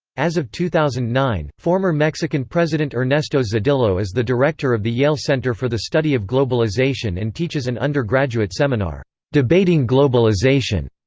as of two thousand and nine, former mexican president ernesto zedillo is the director of the yale center for the study of globalization and teaches an undergraduate seminar, debating globalization.